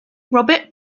robert